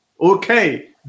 Okay